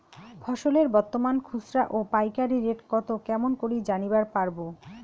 ফসলের বর্তমান খুচরা ও পাইকারি রেট কতো কেমন করি জানিবার পারবো?